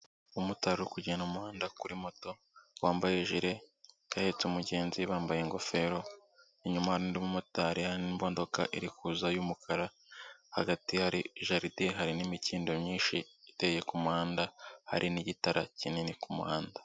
Umumotari uri kugenda mu muhanda kuri moto, wambaye jire, akaba ahetse umugenzi, bambaye ingofero, inyuma hari n'undi motari, hari n'imodoka iri kuza y'umukara, hagati hari jaride, hari n'imikindo myinshi iteye ku muhanda, hari n'igitara kinini ku muhanda.